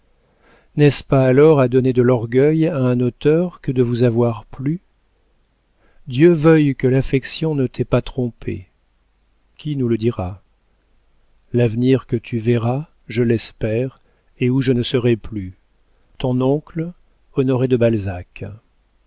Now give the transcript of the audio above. n'est-ce pas alors à donner de l'orgueil à un auteur que de vous avoir plu dieu veuille que l'affection ne t'ait pas trompée qui nous le dira l'avenir que tu verras je l'espère et où je ne serai plus ton oncle honoré de balzac